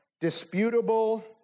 disputable